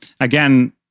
again